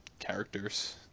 characters